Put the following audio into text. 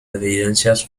evidencias